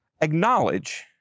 acknowledge